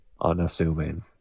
unassuming